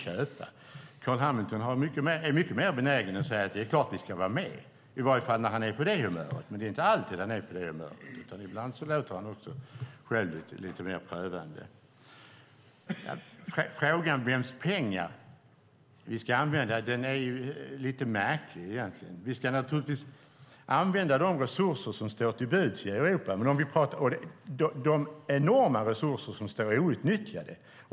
Carl B Hamilton är mycket mer benägen att säga att vi självklart ska vara med - i varje fall när han är på det humöret, men det är han inte alltid. Ibland låter han också lite mer ifrågasättande. Frågan om vems pengar vi ska använda är lite märklig. Vi ska givetvis använda de resurser som står till buds i Europa och de enorma resurser som står outnyttjade.